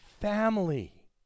family